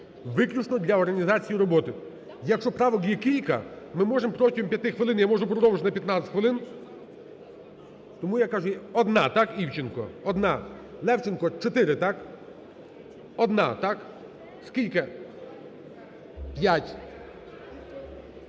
виключно для організації роботи. Якщо правок є кілька, ми можемо протягом 5 хвилин, я можу продовжити на 15 хвилин, тому я кажу... Одна, так – Івченко, одна? Левченко, чотири, так? Одна, так. Скільки? П'ять.